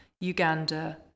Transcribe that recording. Uganda